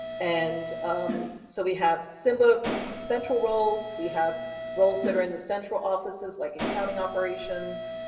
and so we have simba central roles, we have roles that are in the central offices like accounting operations,